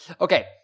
Okay